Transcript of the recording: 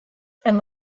and